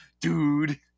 Dude